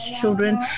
children